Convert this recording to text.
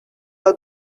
will